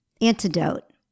antidote